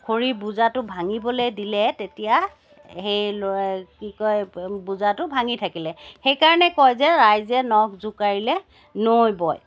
খৰি বোজাটো ভাঙিবলৈ দিলে তেতিয়া সেই লৰ কি কয় বোজাটো ভাঙি থাকিলে সেইকাৰণে কয় যে ৰাইজে নখ জোকাৰিলে নৈ বয়